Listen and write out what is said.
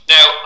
Now